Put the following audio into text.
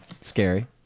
Scary